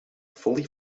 fully